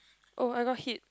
oh I got hit